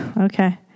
okay